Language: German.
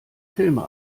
filme